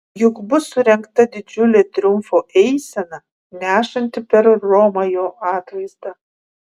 juk bus surengta didžiulė triumfo eisena nešanti per romą jo atvaizdą